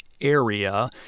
area